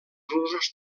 usos